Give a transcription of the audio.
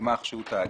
בגמ"ח שהוא תאגיד,